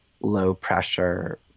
low-pressure